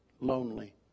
lonely